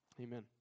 Amen